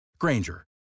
Granger